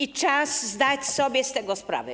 I czas zdać sobie z tego sprawę.